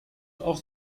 auch